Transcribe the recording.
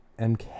MK